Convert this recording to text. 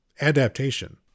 Adaptation